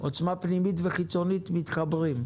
עוצמה פנימית וחיצונית מתחברות.